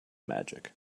magic